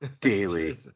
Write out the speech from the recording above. Daily